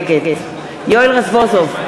נגד יואל רזבוזוב,